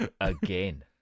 again